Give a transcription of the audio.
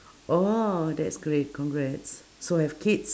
oh that's great congrats so have kids